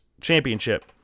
championship